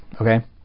Okay